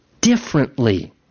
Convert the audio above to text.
differently